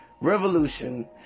Revolution